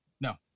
No